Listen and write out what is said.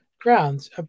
Grounds